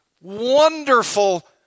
wonderful